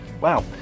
wow